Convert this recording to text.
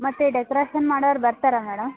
ಮತ್ತು ಡೆಕೊರೇಷನ್ ಮಾಡೋರು ಬರ್ತಾರಾ ಮೇಡಮ್